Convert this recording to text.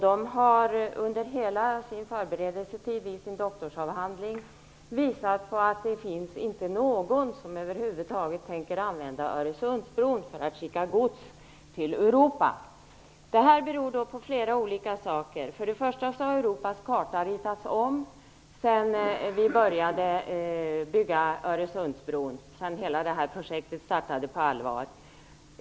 De har under hela förberedelsetiden visat att det över huvud taget inte finns någon som tänker använda Detta beror på flera olika saker. Europas karta har ritats om sedan projektet startade på allvar och Öresundsbron började byggas.